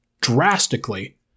drastically